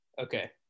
okay